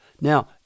Now